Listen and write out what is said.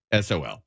SOL